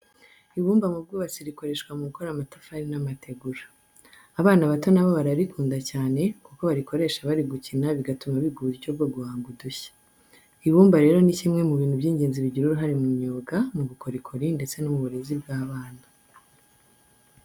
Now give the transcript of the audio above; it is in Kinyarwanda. Ibumba mu bwubatsi rikoreshwa mu gukora amatafari n'amategura. Abana bato na bo bararikunda cyane kuko barikoresha bari gukina bigatuma biga uburyo bwo guhanga udushya. Ibumba rero ni kimwe mu bintu by'ingenzi bigira uruhare mu myuga, mu bukorikori ndetse no mu burezi bw'abana.